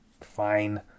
fine